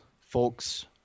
folks